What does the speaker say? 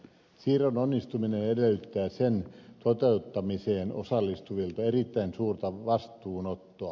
siirron onnistuminen edellyttää sen toteuttamiseen osallistuvilta erittäin suurta vastuunottoa